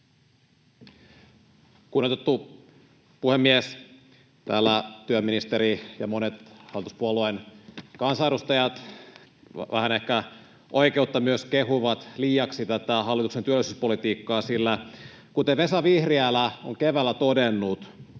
Kunnioitettu puhemies! Täällä työministeri ja monet hallituspuolueen kansanedustajat vähän ehkä oikeudetta myös kehuvat liiaksi tätä hallituksen työllisyyspolitiikkaa, sillä kuten Vesa Vihriälä on keväällä todennut: